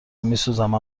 میسوزم